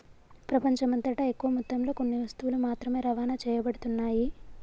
ప్రపంచమంతటా ఎక్కువ మొత్తంలో కొన్ని వస్తువులు మాత్రమే రవాణా చేయబడుతున్నాయి